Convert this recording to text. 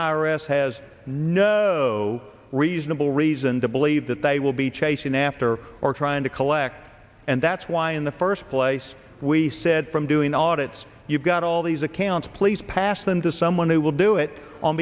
s has no reasonable reason to believe that they will be chasing after or trying to collect and that's why in the first place we said from doing audits you've got all these accounts please pass them to someone who will do it on